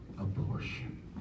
Abortion